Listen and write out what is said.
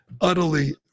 Utterly